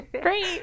Great